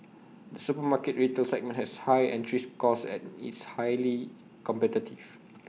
the supermarket retail segment has high entries costs and is highly competitive